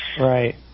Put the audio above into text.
right